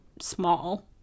small